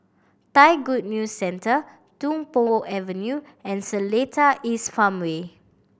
Thai Good News Centre Tung Po Avenue and Seletar East Farmway